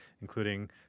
including